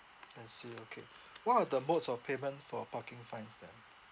I see okay what are the modes of payment for parking fines then